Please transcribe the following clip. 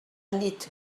need